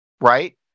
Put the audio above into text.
right